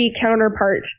counterpart